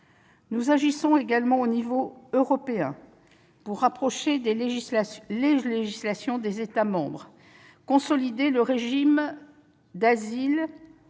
Nous agissons également au plan européen pour rapprocher les législations des États membres, pour consolider le régime d'asile